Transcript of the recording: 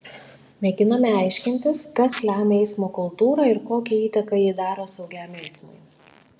mėginame aiškintis kas lemia eismo kultūrą ir kokią įtaką ji daro saugiam eismui